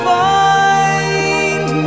find